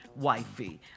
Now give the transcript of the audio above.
wifey